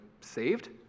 saved